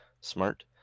smart